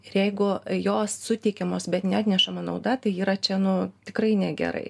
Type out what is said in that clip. ir jeigu jos suteikiamos bet ne atnešama nauda tai yra čia nu tikrai negerai